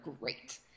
great